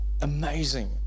Amazing